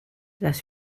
las